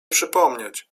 przypomnieć